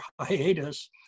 hiatus